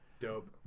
Dope